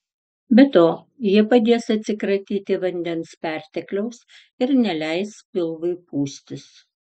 be to jie padės atsikratyti vandens pertekliaus ir neleis pilvui pūstis